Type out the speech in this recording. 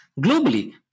Globally